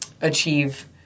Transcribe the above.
achieve